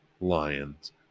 lions